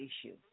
issue